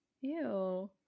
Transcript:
Ew